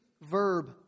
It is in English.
verb